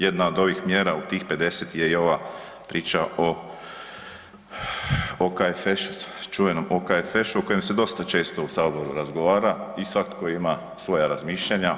Jedna od ovih mjera u tih 50 je i ova priča o čuvenom OKFŠ-u o kojem se dosta često u Saboru razgovara i svakako ima svoja razmišljanja.